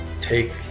take